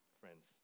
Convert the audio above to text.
friends